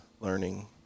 learning